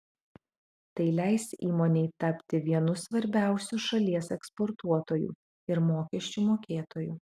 tai leis įmonei tapti vienu svarbiausių šalies eksportuotoju ir mokesčių mokėtoju